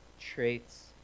traits